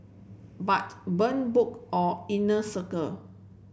but burn book or inner circle